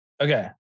Okay